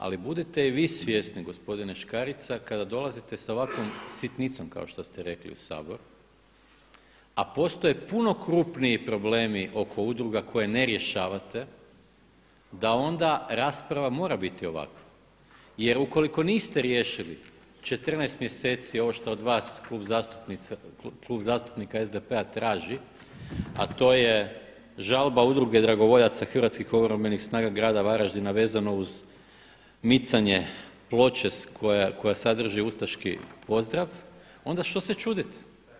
Ali budite i vi svjesni gospodine Škarica kada dolazite sa ovakvom sitnicom kao što ste rekli u Sabor, a postoje puno krupniji problemi oko udruga koje ne rješavate da onda rasprava mora biti ovakva jer ukoliko niste riješili 14 mjeseci ovo šta od vas Klub zastupnika SDP-a traži, a to je žalba Udruge dragovoljaca hrvatskih obrambenih snaga grada Varaždina vezano uz micanje ploče koja sadrži ustaški pozdrav onda šta se čudite.